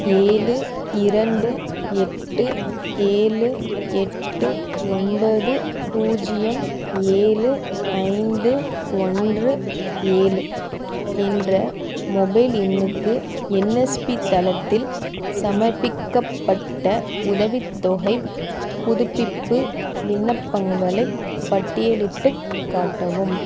ஏழு இரண்டு எட்டு ஏழு எட்டு ஒன்பது பூஜ்ஜியம் ஏழு ஐந்து ஒன்று ஏழு என்ற மொபைல் எண்ணுக்கு என்எஸ்பி தளத்தில் சமர்ப்பிக்கப்பட்ட உதவித்தொகைப் புதுப்பிப்பு விண்ணப்பங்களைப் பட்டியலிட்டுக் காட்டவும்